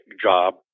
job